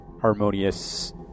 harmonious